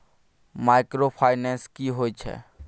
Microfinance की होय छै?